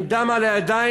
עם דם על הידיים.